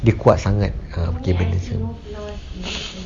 dia kuat sangat ah fikir benda ni